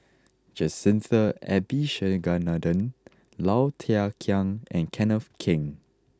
Jacintha Abisheganaden Low Thia Khiang and Kenneth Keng